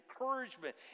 encouragement